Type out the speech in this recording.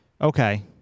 Okay